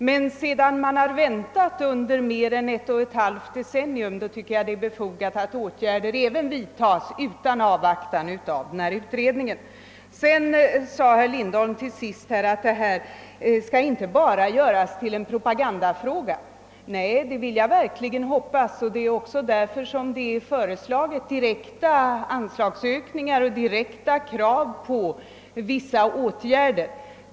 Men sedan man väntat under mer än ett och ett halvt demennium tycker jag att det är befogat att åtgärder vidtas utan avvaktan på utredningen. Till sist sade herr Lindholm att detta inte skall göras till enbart en propagandafråga. Nej, det vill jag verkligen hoppas. Det är också därför som direkta anslagsökningar och direkta krav på vissa åtgärder från vårt håll föreslagits.